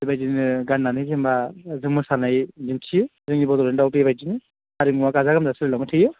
बेबायदिनो गाननानै जोंना मोसानाय डिउटि जोंनि बड'लेण्डआव बेबायदिनो हारिमुवा गाजा गोमजा सोलिलांबाय थायो